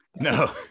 No